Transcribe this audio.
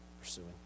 pursuing